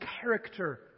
character